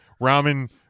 Ramen